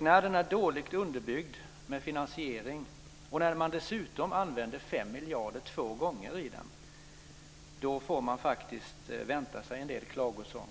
när den är dåligt underbyggd med finansiering och när man dessutom använder 5 miljarder två gånger i den får man faktiskt vänta sig en del klagosång.